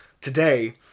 today